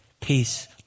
peace